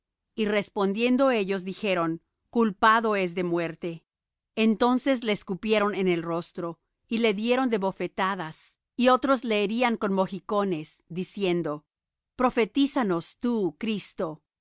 y respondiendo ellos dijeron culpado es de muerte entonces le escupieron en el rostro y le dieron de bofetadas y otros le herían con mojicones diciendo profetízanos tú cristo